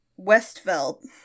Westfeld